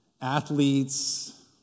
athletes